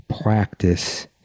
practice